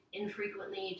infrequently